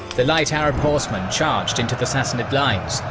the light arab horsemen charged into the sassanid lines,